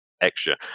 extra